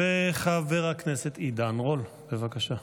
חבר הכנסת עידן רול, בבקשה.